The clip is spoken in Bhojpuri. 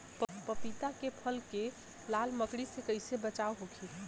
पपीता के फल के लाल मकड़ी से कइसे बचाव होखि?